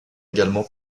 également